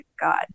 God